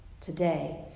Today